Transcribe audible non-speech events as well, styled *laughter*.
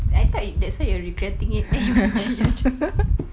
I thought that's why you're regretting it then you benci *noise*